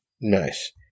Nice